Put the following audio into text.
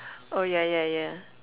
oh yeah yeah yeah